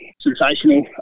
sensational